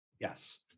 Yes